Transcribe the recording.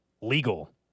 legal